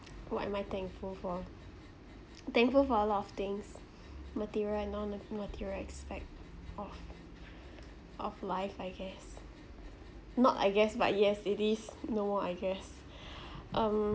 what am I thankful for thankful for a lot of things material and non material aspect of of life I guess not I guess but yes it is no more I guess um